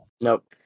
Nope